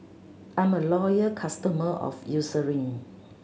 I'm a loyal customer of Eucerin